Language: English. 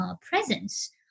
presence